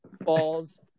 balls